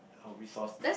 our resource